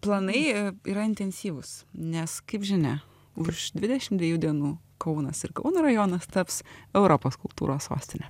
planai yra intensyvūs nes kaip žinia už dvidešim dviejų dienų kaunas ir kauno rajonas taps europos kultūros sostine